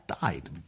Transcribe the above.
died